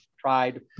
tried